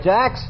Jax